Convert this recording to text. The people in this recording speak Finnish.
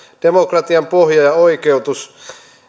demokratian pohja ja oikeutus